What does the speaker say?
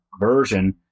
version